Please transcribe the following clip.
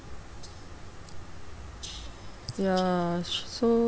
ya sh~ so